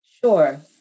Sure